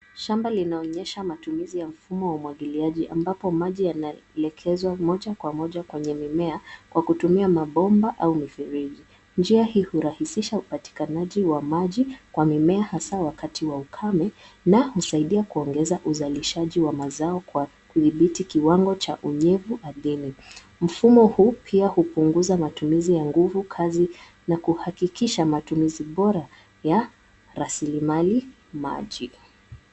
Shamba linaonyesha matumizi ya mfumo wa umwagiliaji ambapo maji yanaelekezwa moja kwa moja kwenye mimea kwa kutumia mabomba au mifereji, njia hii hurahisisha upatikanaji wa maji kwa mimea hasaa wakati wa ukame na usaidia kuongeza ushalizaji wa mazao kwa kuthibiti kiwango cha unyevu na ardhini. Mfumo huu pia hupunguza matumizi ya nguvu kazi, na kuhakikisha matumizi bora ya rasilimali maji.